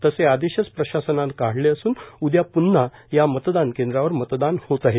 तसे आदेशच प्रशासनाने काढले असून उद्या प्न्हा या मतदान केंद्रावर मतदान होत आहे